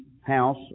house